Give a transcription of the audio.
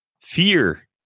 fear